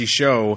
show